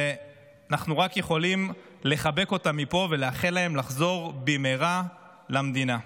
ואנחנו רק יכולים לחבק אותם מפה ולאחל להם לחזור במהרה למדינה.